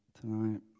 tonight